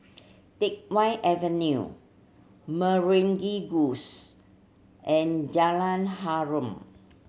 Teck Whye Avenue Meragi and Jalan Harum